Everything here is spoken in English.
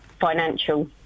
financial